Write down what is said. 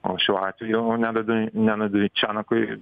o šiuo atveju neda nedadvičenakui